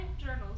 journals